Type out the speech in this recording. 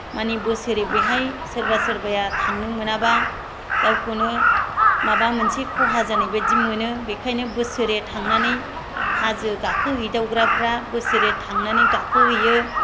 माने बोसोरै बेहाय सोरबा सोरबाया थांनो मोनाबा गावखौनो माबा मोनसे खहा जानाय बायदि मोनो बेखायनो बोसोरै थांनानै हाजो गाखोहैदावग्राफ्रा बोसोरै थांनानै गाखोहैयो